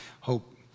Hope